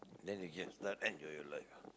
then you can start enjoy your life